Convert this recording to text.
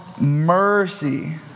mercy